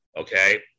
Okay